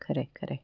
खरं आहे खरं आहे